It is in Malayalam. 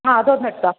ആ അതൊന്ന് എടുത്തോ